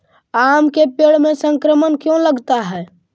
आम के पेड़ में संक्रमण क्यों लगता है?